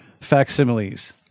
facsimiles